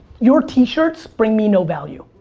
your t-shirts bring me no value.